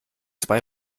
zwei